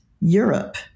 Europe